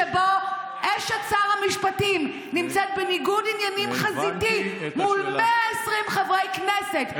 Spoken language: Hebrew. שבו אשת שר המשפטים נמצאת בניגוד עניינים חזיתי מול 120 חברי כנסת,